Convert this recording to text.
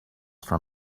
from